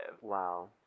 wow